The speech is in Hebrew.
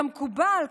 כמקובל,